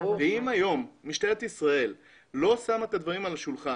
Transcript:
אם היום משטרת ישראל לא שמה את הדברים על השולחן